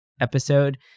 episode